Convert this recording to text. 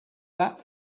that